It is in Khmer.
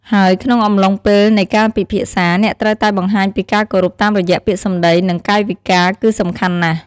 ហើយក្នុងអំឡុងពេលនៃការពិភាក្សា អ្នកត្រូវតែបង្ហាញពីការគោរពតាមរយៈពាក្យសម្ដី និងកាយវិការគឺសំខាន់ណាស់។